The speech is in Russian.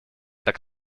так